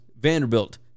Vanderbilt